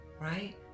right